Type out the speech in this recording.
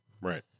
Right